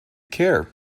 care